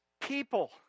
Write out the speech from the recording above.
people